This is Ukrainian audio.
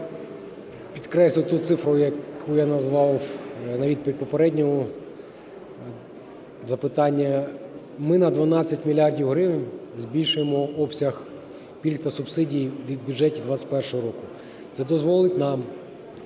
Я підкреслю ту цифру, яку я назвав навіть у попередньому запитанні. Ми на 12 мільярдів гривень збільшуємо обсяг пільг та субсидій у бюджеті 21-го року. Це дозволить нам